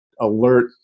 alert